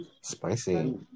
Spicy